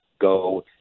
go